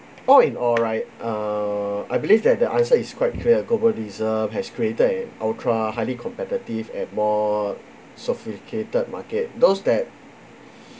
all in all right err I believe that the answer is quite clear global reserve has created an ultra highly competitive and more sophisticated market those that